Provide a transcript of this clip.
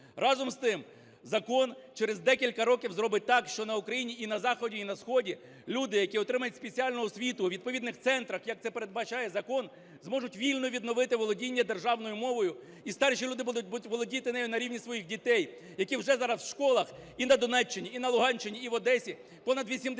Разом з тим закон через декілька років зробить так, що на Україні і на заході, і на сході люди, які отримають спеціальну освіту у відповідних центрах, як це передбачає закон, зможуть вільно відновити володіння державною мовою, і старші люди будуть володіти нею на рівні своїх дітей, які вже зараз в школах і на Донеччині, і на Луганщині, і в Одесі, понад 80 відсотків